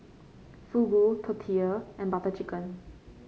Fugu Tortilla and Butter Chicken